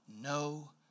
no